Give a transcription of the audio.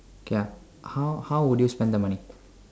ya how how would you spend the money